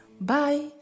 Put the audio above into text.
Bye